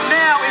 now